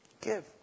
Give